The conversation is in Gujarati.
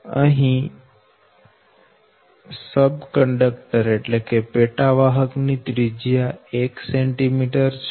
દરેક પેટા વાહક ની ત્રિજ્યા 1 cm છે